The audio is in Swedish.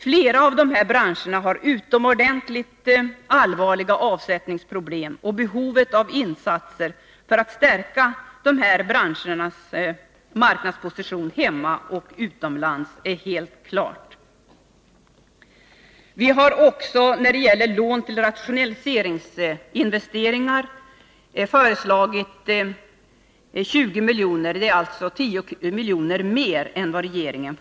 Flera av de här branscherna har utomordentligt allvarliga avsättningsproblem, och behovet av insatser för att stärka deras marknadsposition hemma och utomlands står helt klart. Vi har vidare föreslagit 20 milj.kr. i lån till rationaliseringsinvesteringar, dvs. 10 milj.kr. mer än regeringen.